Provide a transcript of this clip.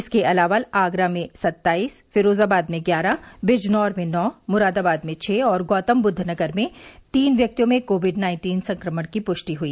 इसके अलावा आगरा में सत्ताइस फिरोजाबाद में ग्यारह बिजनौर में नौ मुरादाबाद में छः और गौतमबुद्ध नगर में तीन व्यक्तियों में कोविड नाइन्टीन संक्रमण की पूष्टि हुई